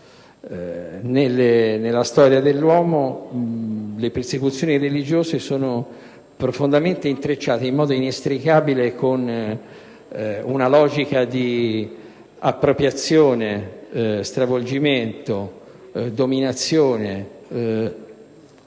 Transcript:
Nella storia dell'uomo le persecuzioni religiose sono intrecciate in modo inestricabile con una logica di appropriazione, di stravolgimento, di dominazione